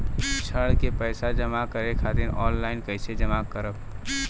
ऋण के पैसा जमा करें खातिर ऑनलाइन कइसे जमा करम?